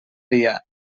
dia